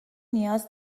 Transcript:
نیاز